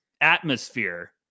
atmosphere